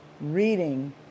reading